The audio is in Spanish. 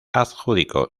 adjudicó